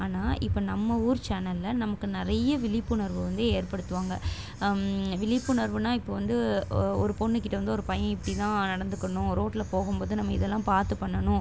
ஆனால் இப்போ நம்ம ஊர் சேனலில் நமக்கு நிறைய விழிப்புணர்வு வந்து ஏற்படுத்துவாங்க விழிப்புணர்வுன்னா இப்போது வந்து ஒ ஒரு பொண்ணுக்கிட்ட வந்து ஒரு பையன் இப்படி தான் நடந்துக்கணும் ரோடில் போகும் போது நம்ம இதெல்லாம் பார்த்து பண்ணணும்